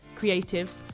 creatives